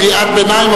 קריאת ביניים,